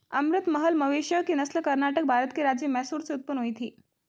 अमृत महल मवेशियों की नस्ल कर्नाटक, भारत के राज्य मैसूर से उत्पन्न हुई थी